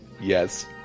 Yes